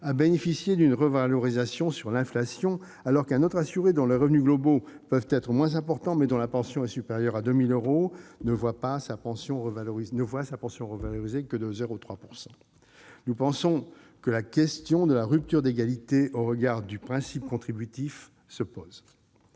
de bénéficier d'une revalorisation au niveau de l'inflation, alors qu'un autre assuré, dont les revenus globaux peuvent être moins importants mais dont la pension est supérieure à 2 000 euros, ne voit sa pension revalorisée que de 0,3 %. Nous pensons donc que la question se pose, au regard du principe contributif, de